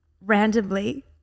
randomly